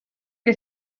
que